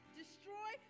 destroy